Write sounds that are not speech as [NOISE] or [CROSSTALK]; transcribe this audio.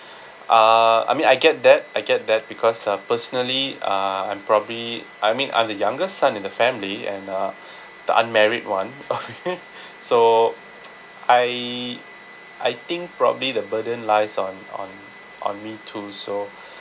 uh I mean I get that I get that because uh personally uh I'm probably I mean I'm the youngest son in the family and uh the unmarried [one] [LAUGHS] so I I think probably the burden lies on on on me too so